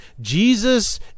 Jesus